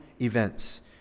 events